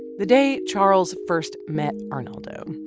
the day charles first met arnaldo,